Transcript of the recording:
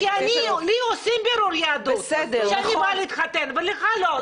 אני מבקשת --- כי לי עושים בירור יהדות כשאני באה להתחתן ולך לא,